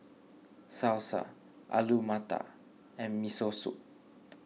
Salsa Alu Matar and Miso Soup